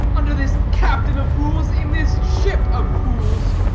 under this captain of fools, in this ship of fools!